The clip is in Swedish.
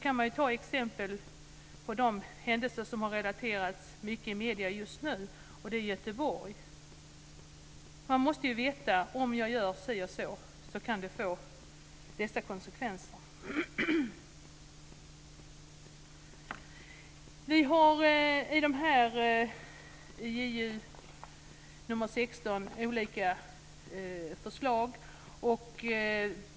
Man kan som exempel ta de händelser i Göteborg som har relaterats mycket i medierna just nu. Man måste veta: Om jag gör si och så kan det få dessa konsekvenser. Vi har i JuU16 olika förslag.